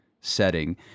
setting